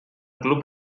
club